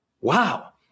wow